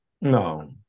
No